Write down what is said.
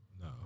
No